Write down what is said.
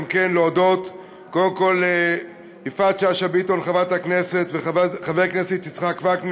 להודות קודם כול לחברת הכנסת יפעת שאשא ביטון ולחבר הכנסת יצחק וקנין,